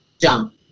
Jump